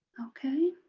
okay.